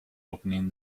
opening